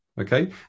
Okay